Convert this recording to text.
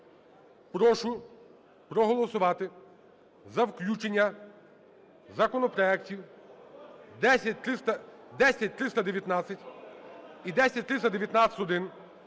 прошу проголосувати за включення законопроектів 10319 і 10319-1.